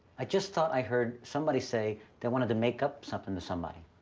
i just thought i heard somebody say they wanted to make up something to somebody,